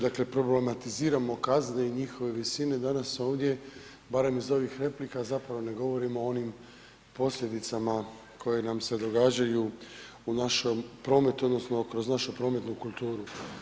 Dakle problematiziramo kazne i njihove visine danas ovdje, barem iz ovih replika zapravo ne govorimo o onim posljedicama koje nam se događaju u našem prometu, odnosno kroz našu prometnu kulturu.